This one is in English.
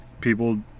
People